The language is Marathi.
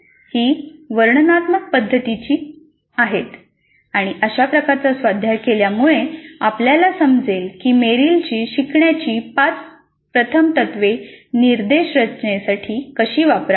ही वर्णनात्मक पद्धतीची आहेत आणि अशा प्रकारचा स्वाध्याय केल्यामुळे आपल्याला समजेल की मेरिलची शिकण्याची पाच प्रथम तत्वे निर्देश रचनेसाठी कशी वापरावीत